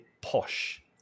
posh